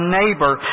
neighbor